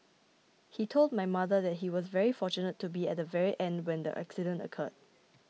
he told my mother that he was very fortunate to be at the very end when the accident occurred